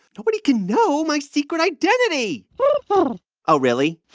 nobody can know my secret identity oh, really?